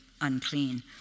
unclean